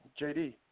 JD